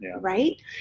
Right